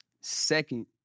second